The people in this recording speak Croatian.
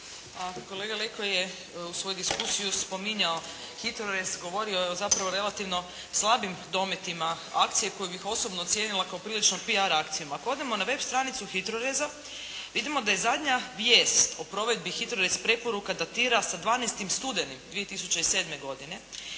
Kolega Leko je u svojoj diskusiji spominjao HITRORez. Govorio je o zapravo relativno slabim dometima akcije koju bih osobno cijenila kao prilično PR akcijama. Ako odemo na web stranicu HITRORez-a vidimo da je zadnja vijest o provedbi HITRORez preporuka datira sa 12. studenim 2007. godine